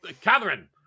Catherine